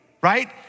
right